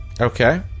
okay